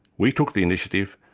we took the initiative,